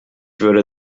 würde